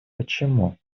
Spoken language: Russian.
почему